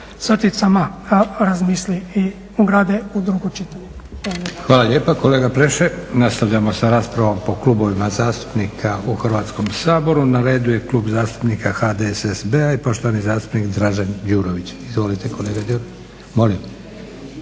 Hvala lijepa. **Leko, Josip (SDP)** Hvala lijepa kolega Pleše. Nastavljamo s raspravom po klubovima zastupnika u Hrvatskom saboru. Na redu je Klub zastupnika HDSSB-a i poštovani zastupnik Dražen Đurović. Izvolite kolega Đurović.